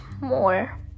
more